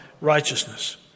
righteousness